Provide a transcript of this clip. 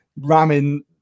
ramming